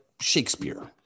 shakespeare